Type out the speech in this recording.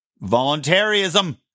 Voluntarism